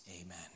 Amen